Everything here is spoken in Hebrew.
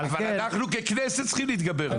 אבל אנחנו ככנסת צריכים להתגבר על זה.